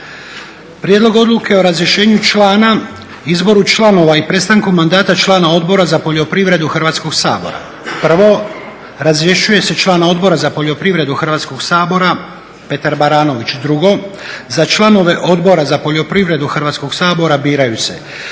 Prijedlog Odluke o razrješenju člana, izboru članova i prestanku mandata člana Odbora za poljoprivredu Hrvatskog sabora. 1. razrješuje se član Odbora za poljoprivredu Hrvatskog sabora Petar Baranović. 2. za članove Odbora za poljoprivredu Hrvatskog sabora biraju se